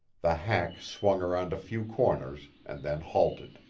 the hack swung around a few corners, and then halted.